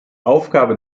aufgabe